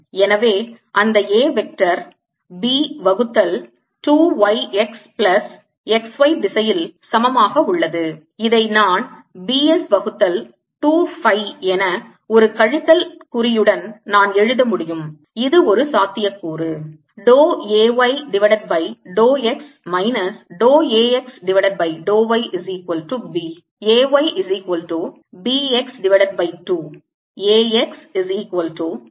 எனவே அந்த A vector B வகுத்தல் 2 y x plus x y திசையில் சமமாக உள்ளது இதை நான் B s வகுத்தல் 2 phi என ஒரு கழித்தல் குறியுடன் நான் எழுத முடியும் இது ஒரு சாத்தியக் கூறு